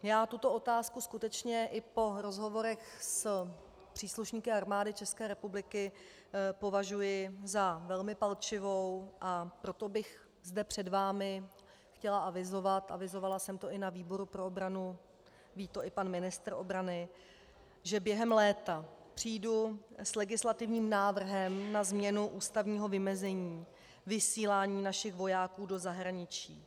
Já tuto otázku skutečně i po rozhovorech s příslušníky Armády České republiky považuji za velmi palčivou, a proto bych zde před vámi chtěla avizovat, avizovala jsem to i na výboru pro obranu, ví to i pan ministr obrany, že během léta přijdu s legislativním návrhem na změnu ústavního vymezení vysílání našich vojáků do zahraničí.